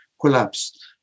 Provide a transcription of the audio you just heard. collapsed